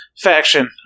faction